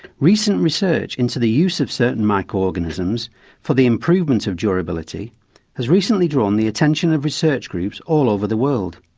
recent research into the use of certain micro-organisms for the improvement of durability has recently drawn the attention of research groups all over the world.